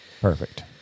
Perfect